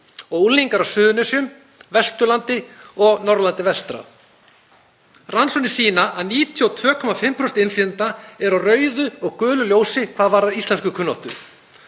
og unglingar á Suðurnesjum, Vesturlandi og Norðurlandi vestra. Rannsóknir sýna að 92,5% innflytjenda eru á rauðu og gulu ljósi hvað varðar íslenskukunnáttu,